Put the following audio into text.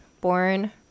born